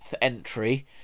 entry